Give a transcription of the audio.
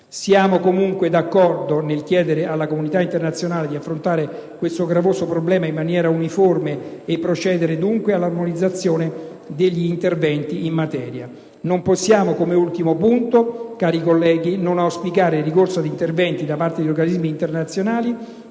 Siamo comunque d'accordo nel chiedere alla comunità internazionale di affrontare questo gravoso problema in maniera uniforme e procedere dunque all'armonizzazione degli interventi in materia. Non possiamo, come ultimo punto, cari colleghi, non auspicare il ricorso ad interventi da parte di organismi internazionali